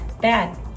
bad